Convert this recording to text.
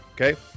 Okay